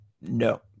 No